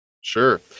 sure